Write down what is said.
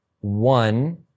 one